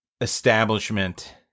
establishment